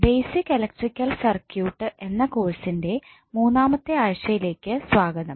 basic electrical circuit എന്ന കോഴ്സിന്റെ മൂന്നാമത്തെ ആഴ്ചയിലേക്ക് സ്വാഗതം